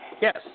Yes